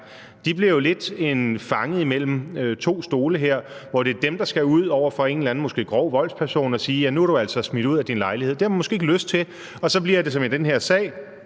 De bliver jo lidt fanget mellem to stole her, hvor det er dem, der til en eller anden måske grov voldsperson skal ud og sige: Nu er du altså smidt ud af din lejlighed. Det har man måske ikke lyst til, og så bliver det som i den her sag